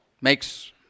makes